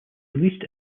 released